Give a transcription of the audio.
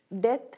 Death